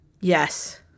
Yes